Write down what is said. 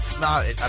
No